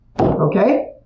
Okay